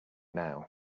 now